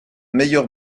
meilleur